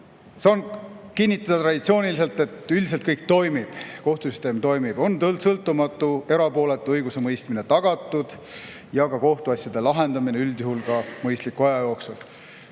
Saan kinnitada traditsiooniliselt, et üldiselt kõik toimib: kohtusüsteem toimib, sõltumatu, erapooletu õigusemõistmine on tagatud, samuti kohtuasjade lahendamine üldjuhul mõistliku aja jooksul.